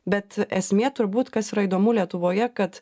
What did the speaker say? bet esmė turbūt kas yra įdomu lietuvoje kad